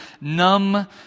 numb